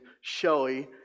Shelly